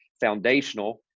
foundational